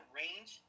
range